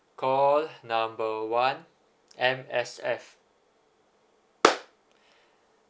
call number one M_S_F